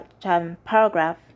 paragraph